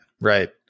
Right